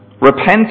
Repent